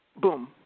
boom